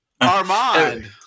Armand